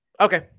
Okay